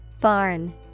Barn